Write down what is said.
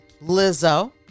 Lizzo